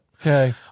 Okay